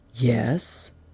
Yes